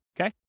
Okay